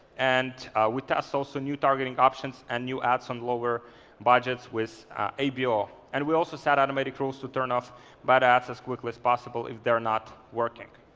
and we test also new targeting options and new ads on lower budgets with abo. and we also set automatic rules to turn off bad ads as quickly as possible if they're not working.